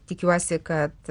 tikiuosi kad